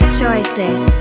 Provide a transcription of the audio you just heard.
choices